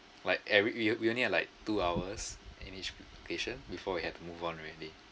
like every we on~ we only have like two hours in each lo~ location before we had to move on already